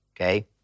okay